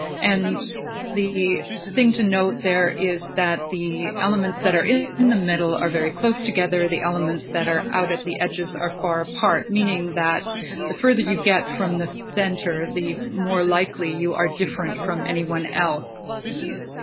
and the thing to note there is that the elements that are in the middle are very close together. the elements that are out at the edges are far apart, meaning that the further you get from the center, the more likely you are different from anyone else.